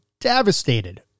devastated